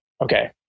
okay